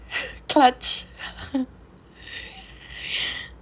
clutch